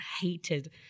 hated